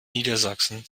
niedersachsen